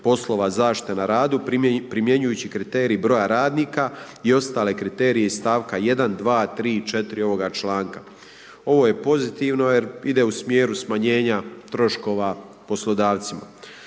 poslova zaštite na radu primjenjujući kriterij broja radnika i ostale kriterije iz stavka 1.,2.,3., 4. ovoga članka. Ovo je pozitivno jer ide u smjeru smanjenja troškova poslodavcima.